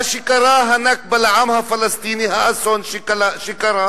מה שקרה, ה"נכבה" לעם הפלסטיני, האסון שקרה,